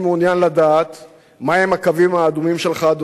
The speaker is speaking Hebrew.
אני מעוניין לדעת מה הם הקווים האדומים שלך,